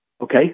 Okay